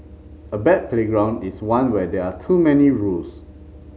a bad playground is one where there are too many rules